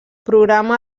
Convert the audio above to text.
programa